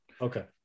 Okay